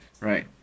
Right